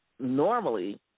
Normally